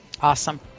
awesome